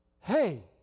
Hey